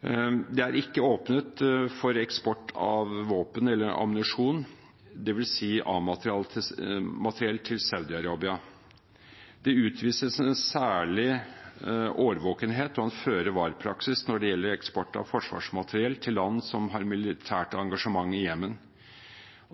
er åpnet for eksport av våpen eller ammunisjon, dvs. A-materiell, til Saudi-Arabia. Det utvises en særlig årvåkenhet og en føre var-praksis når det gjelder eksport av forsvarsmateriell til land som har militært engasjement i Jemen.